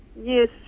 Yes